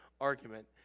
argument